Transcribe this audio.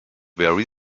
very